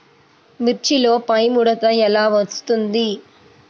మిర్చిలో పైముడత ఎలా వస్తుంది?